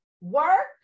work